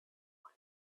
one